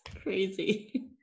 crazy